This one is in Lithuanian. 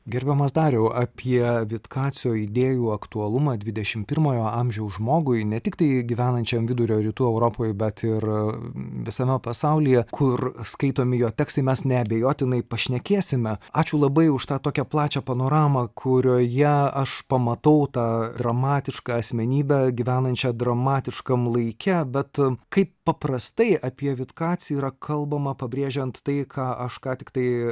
gerbiamas dariau apie vitkacio idėjų aktualumą dvidešimt pirmojo amžiaus žmogui ne tiktai gyvenančiam vidurio rytų europoj bet ir visame pasaulyje kur skaitomi jo tekstai mes neabejotinai pašnekėsime ačiū labai už tą tokią plačią panoramą kurioje aš pamatau tą dramatišką asmenybę gyvenančią dramatiškam laike bet kaip paprastai apie vitkacį yra kalbama pabrėžiant tai ką aš ką tik tai